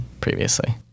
previously